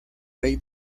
rey